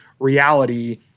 reality